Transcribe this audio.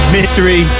Mystery